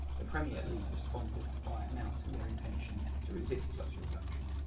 the premier league responded by announcing their intention to resist such a reduction.